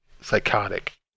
psychotic